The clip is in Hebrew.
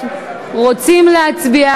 אנחנו רוצים להצביע